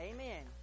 Amen